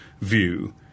view